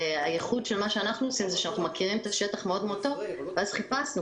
הייחוד של מה שאנחנו עושים זה שאנחנו מכירים את השטח טוב ואז חיפשנו.